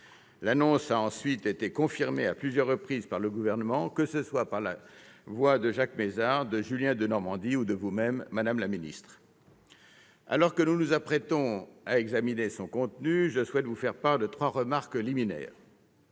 L'annonce a ensuite été confirmée à plusieurs reprises par le Gouvernement, que ce soit par la voix de Jacques Mézard, de Julien Denormandie ou par vous-même, madame la ministre. Alors que nous nous apprêtons à examiner le contenu de la proposition de loi, je souhaite vous faire part de trois remarques liminaires.